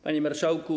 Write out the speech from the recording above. Panie Marszałku!